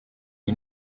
iyi